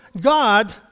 God